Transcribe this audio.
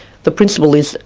the principle is,